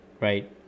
right